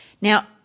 Now